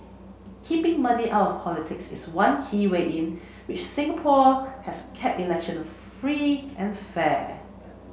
keeping money out politics is one key way in which Singapore has kept election free and fair